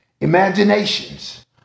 imaginations